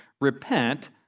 Repent